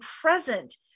present